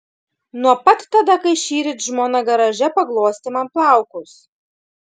nuo pat tada kai šįryt žmona garaže paglostė man plaukus